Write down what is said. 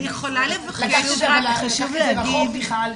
לקחת את זה רחוק, מיכל,